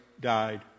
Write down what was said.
died